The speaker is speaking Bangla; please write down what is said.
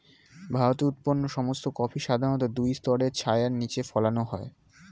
ভারতে উৎপন্ন সমস্ত কফি সাধারণত দুই স্তরের ছায়ার নিচে ফলানো হয়